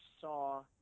saw